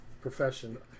profession